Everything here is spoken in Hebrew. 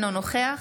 אינו נוכח